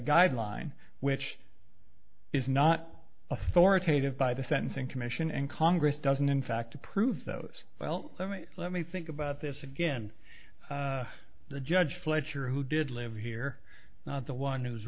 guideline which is not authoritative by the sentencing commission and congress doesn't in fact approve those well let me let me think about this again the judge fletcher who did live here not the one who's